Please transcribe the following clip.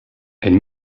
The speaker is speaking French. elle